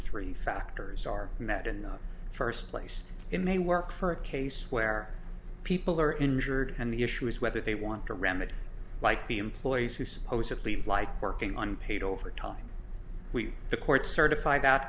three factors are met in the first place it may work for a case where people are injured and the issue is whether they want to remedy like the employees who supposedly like working on paid overtime we the court certif